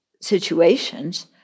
situations